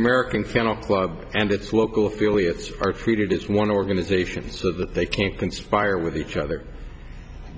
american fanclub and its local affiliates are treated as one organization so that they can't conspire with each other